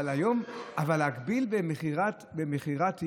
להגביל במכירת יין?